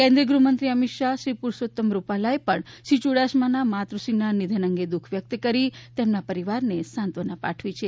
કેન્દ્રીય ગૃહમંત્રી અમિત શાહ શ્રી પુરૂષોત્તમ રૂપાલાએ પણ શ્રી યુડાસમાના માતૃશ્રીના નિધન અંગે દુઃખ વ્યક્ત કરી તેમના પરિવારને સાંત્વના પાઠવી હતી